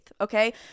Okay